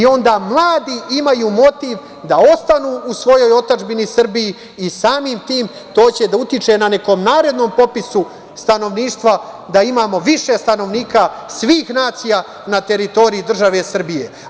Onda mladi imaju motiv da ostanu u svojoj otadžbini Srbiji i samim tim to će da utiče na nekom narednom popisu stanovništva da imamo više stanovnika svih nacija na teritoriji države Srbije.